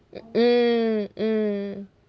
mm mm